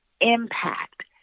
impact